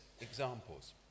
examples